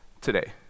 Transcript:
today